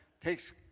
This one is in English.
takes